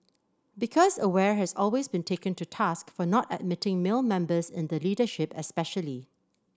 because aware has always been taken to task for not admitting male members in the leadership especially